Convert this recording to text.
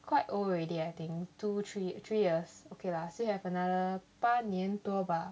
quite old already I think two three three years okay lah still have another 八年多吧